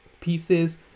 pieces